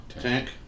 Tank